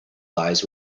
lies